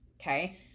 okay